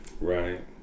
Right